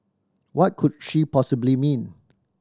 what could she possibly mean